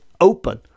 open